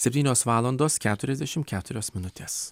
septynios valandos keturiasdešimt keturios minutės